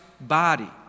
body